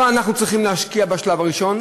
לא אנחנו צריכים להשקיע בשלב הראשון,